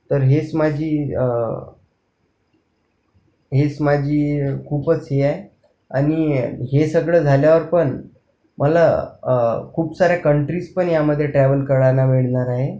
तर हेच माझी हीच माझी खूपच हे आहे आणि हे सगळं झाल्यावर पण मला खूप साऱ्या कन्ट्रीज पण यामध्ये ट्रॅव्हल करायला मिळणार आहे